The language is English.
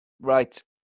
Right